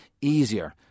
easier